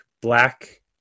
Black